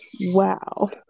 Wow